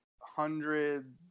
hundred